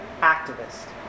activist